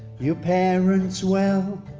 your parents well,